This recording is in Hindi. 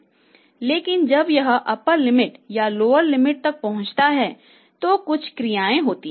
लेकिन जब यह अप्पर लिमिट या लोअर लिमिट तक पहुंच जाता है तो कुछ क्रियाएं होती हैं